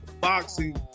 boxing